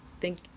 Thank